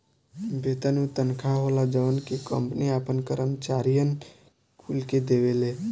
वेतन उ तनखा होला जवन की कंपनी आपन करम्चारिअन कुल के देवेले